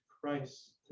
Christ